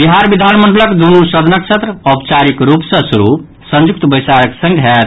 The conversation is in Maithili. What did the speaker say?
बिहार विधानमंडलक दुनू सदनक सत्र औपचारिक रूप सँ शुरू संयुक्त बैसारक संग होयत